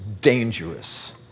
dangerous